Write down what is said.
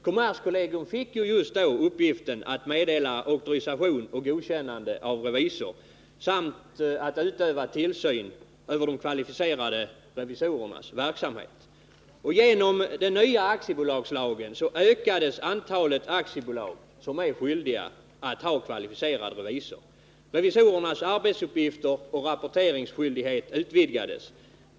Kommerskollegium fick ju just då uppgiften att meddela auktorisation och godkännande av revisor samt att utöva tillsyn över de kvalificerade revisorernas verksamhet. Genom den nya aktiebolagslagen ökades antalet aktiebolag som är skyldiga att ha kvalificerad revisor. Revisorernas arbetsuppgifter och rapporteringsskyldighet utvidgades.